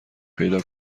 پیدا